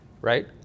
right